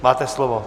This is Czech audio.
Máte slovo.